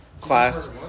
Class